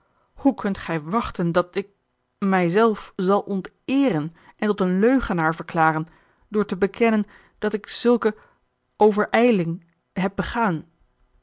hoe kunt gij wachten dat ik mij zelf zal onteeren en tot een leugenaar verklaren door te bekennen dat ik zulke overijling heb begaan